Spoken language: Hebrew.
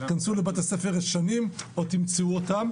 תכנסו לבתי-ספר ישנים עוד תמצאו אותם,